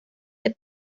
del